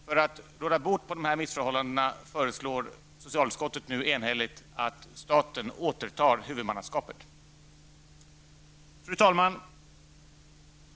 För att råda bot på de missförhållandena föreslår socialutskottet nu enhälligt att staten återtar huvudmannaskapet. Fru talman!